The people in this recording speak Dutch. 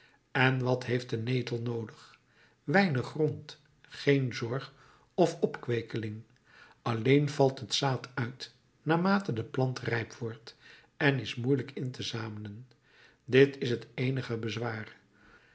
en wat heeft de netel noodig weinig grond geen zorg of opkweeking alleen valt het zaad uit naarmate de plant rijp wordt en is moeielijk in te zamelen dit is het eenige bezwaar